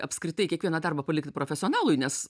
apskritai kiekvieną darbą palikti profesionalui nes